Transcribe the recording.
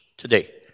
Today